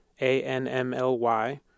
ANMLY